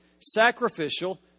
sacrificial